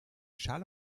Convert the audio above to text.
schale